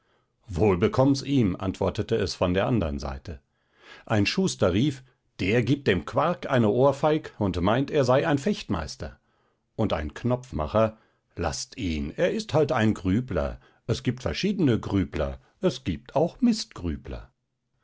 wohl bekomm's ihm antwortete es von der anderen seite ein schuster rief der gibt dem quark eine ohrfeig und meint er sei ein fechtmeister und ein knopfmacher laßt ihn er ist halt ein grübler es gibt aber verschiedene grübler es gibt auch